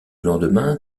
lendemain